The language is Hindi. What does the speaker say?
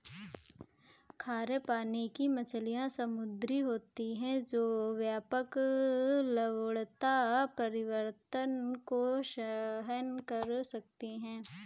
खारे पानी की मछलियाँ समुद्री होती हैं जो व्यापक लवणता परिवर्तन को सहन कर सकती हैं